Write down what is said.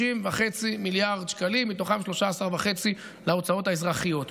30.5 מיליארד שקלים, מתוכם 13.5 להוצאות האזרחיות.